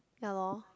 ya loh